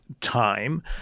time